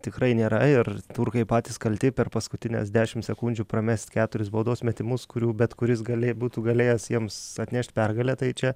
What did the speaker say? tikrai nėra ir turkai patys kalti per paskutines dešimt sekundžių pramest keturis baudos metimus kurių bet kuris galė būtų galėjęs jiems atnešt pergalę tai čia